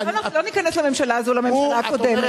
אנחנו לא ניכנס לממשלה הזאת ולממשלה הקודמת.